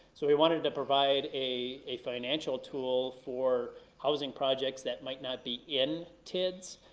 so we wanted to provide a a financial tool for housing projects that might not be in tids,